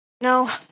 No